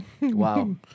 Wow